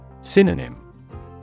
Synonym